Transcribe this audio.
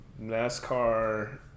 NASCAR